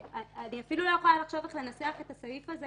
אני אפילו לא יכולה לחשוב איך לנסח את הסעיף הזה